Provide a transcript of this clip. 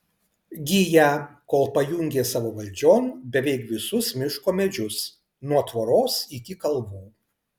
giją kol pajungė savo valdžion beveik visus miško medžius nuo tvoros iki kalvų